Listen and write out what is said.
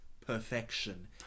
perfection